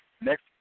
next